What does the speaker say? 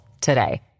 today